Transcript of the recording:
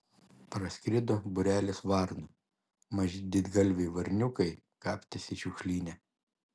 praskrido būrelis varnų maži didgalviai varniukai kapstėsi šiukšlyne